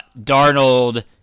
Darnold